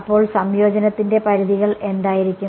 അപ്പോൾ സംയോജനത്തിന്റെ പരിധികൾ എന്തായിരിക്കണം